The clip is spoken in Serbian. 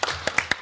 Hvala.